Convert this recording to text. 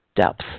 depth